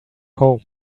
home